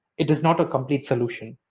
it is not a complete solution.